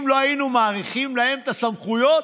אם לא היינו מאריכים להם את הסמכויות,